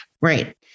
Right